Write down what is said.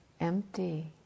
empty